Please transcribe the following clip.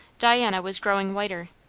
diana was growing whiter,